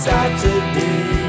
Saturday